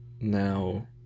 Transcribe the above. Now